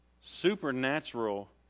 supernatural